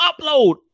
upload